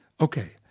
okay